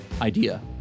idea